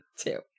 Two